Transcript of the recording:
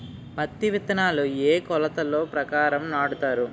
పత్తి విత్తనాలు ఏ ఏ కొలతల ప్రకారం నాటుతారు?